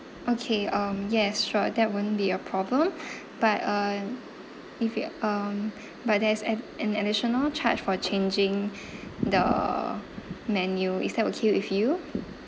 okay um yes sure that won't be a problem but uh if you um but there's an an additional charge for changing the menu is that okay with you